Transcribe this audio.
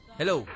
hello